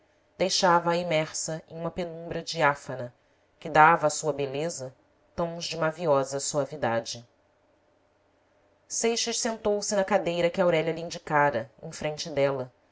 aurora deixava-a imersa em uma penumbra diáfana que dava à sua beleza tons de maviosa suavidade seixas sentou-se na cadeira que auélia lhe indicara em frente dela